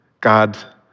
God